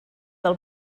del